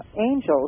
angels